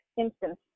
instance